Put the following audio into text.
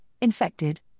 infected